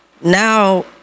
now